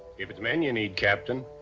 if it's men you need, captain.